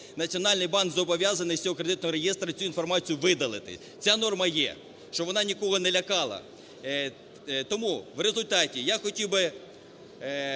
Національний банк зобов'язаний з цього Кредитного реєстру цю інформацію видалити. Ця норма є, щоб вона нікого не лякала. Тому в результаті я хотів би